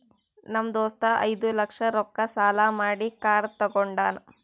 ನಮ್ ದೋಸ್ತ ಐಯ್ದ ಲಕ್ಷ ರೊಕ್ಕಾ ಸಾಲಾ ಮಾಡಿ ಕಾರ್ ತಗೊಂಡಾನ್